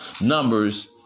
numbers